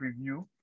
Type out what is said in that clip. preview